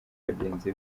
bagenzi